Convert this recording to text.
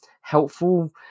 helpful